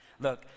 Look